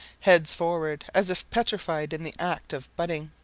heads forward, as if petrified in the act of butting.